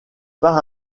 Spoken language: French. par